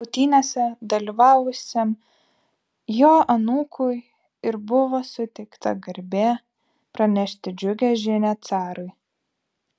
kautynėse dalyvavusiam jo anūkui ir buvo suteikta garbė pranešti džiugią žinią carui